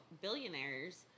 billionaires